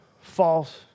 false